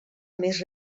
més